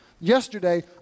Yesterday